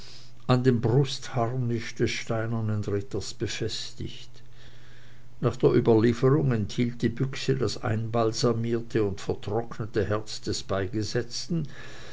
an dem brustharnisch des steinernen ritters befestigt nach der überlieferung enthielt die büchse das einbalsamierte und vertrocknete herz des beigesetzten